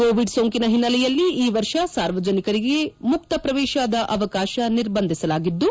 Covid ಸೋಂಕಿನ ಹಿನ್ನೆಲೆಯಲ್ಲಿ ಈ ವರ್ಷ ಸಾರ್ವಜನಿಕರಿಗೆ ಮುಕ್ತ ಪ್ರವೇಶ ಅವಕಾಶ ನಿರ್ಬಂಧಿಸಲಾಗಿದ್ದು